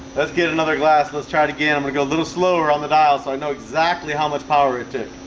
let's get another glass. let's try it again i'm gonna go a little slower on the dial so i know exactly how much power it about